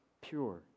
pure